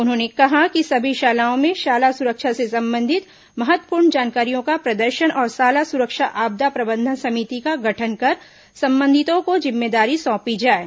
उन्होंने कहा कि सभी शालाओं में शाला सुरक्षा से संबंधित महत्वपूर्ण जानकारियों का प्रदर्शन और शाला सुरक्षा आपदा प्रबंधन समिति का गठन कर संबंधितों को जिम्मेदारी सौपी जाएं